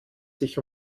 sich